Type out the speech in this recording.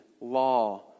law